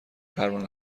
پروانه